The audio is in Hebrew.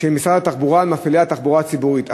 של משרד התחבורה על מפעילי התחבורה הציבורית,